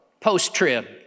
post-trib